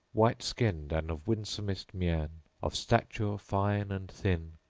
white-skinned and of winsomest mien, of stature fine and thin,